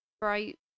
bright